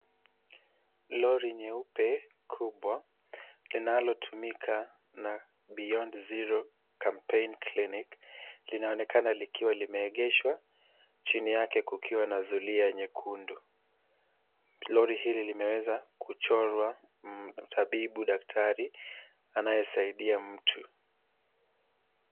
Lori nyeupe kubwa linalotumika na Beyond Zero Campaign Clinic linaonekana likiwa limeegeshwa, chini yake kukiwa na zulia nyekundu. Lori hili limeweza kuchorwa mtabibu daktari anayesaidia mtu.